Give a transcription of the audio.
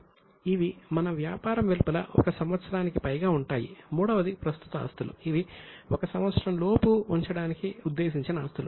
ఇవి 1 సంవత్సరములోపు ఉంచడానికి ఉద్దేశించిన ఆస్తులు